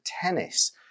tennis